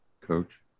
Coach